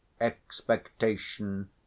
expectation